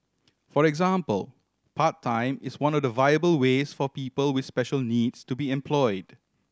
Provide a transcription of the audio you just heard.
for example part time is one of the viable ways for people with special needs to be employed